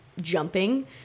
jumping